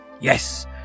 yes